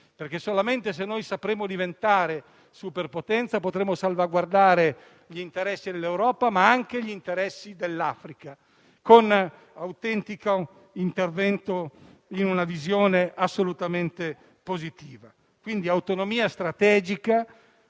Cina. Solamente se sapremo diventare superpotenza potremo salvaguardare gli interessi dell'Europa, ma anche dell'Africa, con un intervento autentico inserito in una visione assolutamente positiva. Quindi: autonomia strategica,